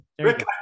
Rick